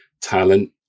talent